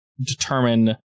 determine